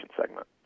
segment